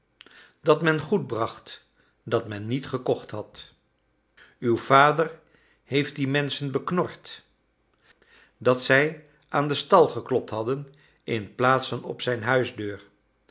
dat men goed bracht dat men niet gekocht had uw vader heeft die menschen beknord dat zij aan den stal geklopt hadden inplaats van op zijn huisdeur